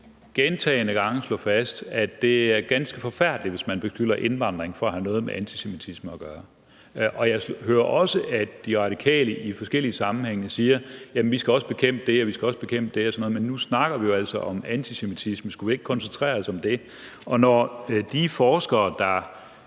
gentagne gange slå fast, at det er ganske forfærdeligt, hvis man beskylder indvandring for at have noget med antisemitisme at gøre. Jeg hører også, at De Radikale i forskellige sammenhænge siger, at vi også skal bekæmpe det og det, men nu snakker vi jo om antisemitisme, så skulle vi ikke koncentrere os om det? Når de forskere, der